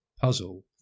puzzle